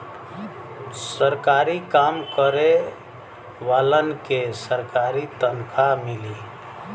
सरकारी काम करे वालन के सरकारी तनखा मिली